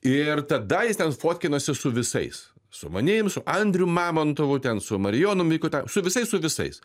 ir tada jis ten fotkinosi su visais su manim su andrium mamontovu ten su marijonu mikuta su visais su visais